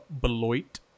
Beloit